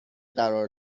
قرار